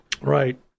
Right